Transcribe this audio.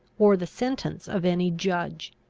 or the sentence of any judge.